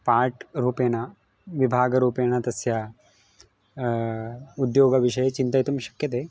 पाट् रूपेण विभागरूपेण तस्य उद्योगविषये चिन्तयितुं शक्यते